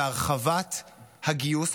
הרחבת הגיוס,